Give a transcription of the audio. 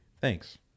Thanks